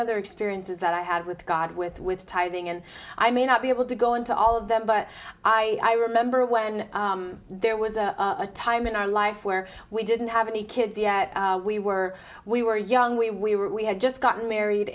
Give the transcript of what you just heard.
other experiences that i had with god with with tithing and i may not be able to go into all of them but i remember when there was a time in our life where we didn't have any kids we were we were young we we were we had just gotten married